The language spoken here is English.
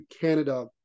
Canada